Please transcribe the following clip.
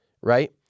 right